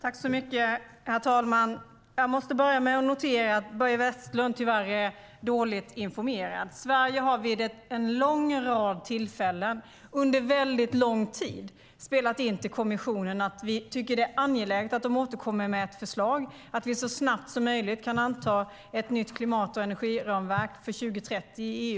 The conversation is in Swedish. Herr talman! Jag måste börja med att notera att Börje Vestlund tyvärr är dåligt informerad. Sverige har vid en lång rad tillfällen under väldigt lång tid spelat in till kommissionen att vi tycker att det är angeläget att den återkommer med ett förslag om att vi så snabbt som möjligt antar ett nytt klimat och energiramverk för 2030 i EU.